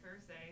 Thursday